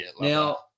Now